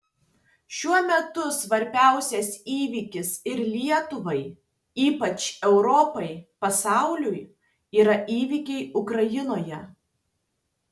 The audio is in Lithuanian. šiuo metu svarbiausias įvykis ir lietuvai ypač europai pasauliui yra įvykiai ukrainoje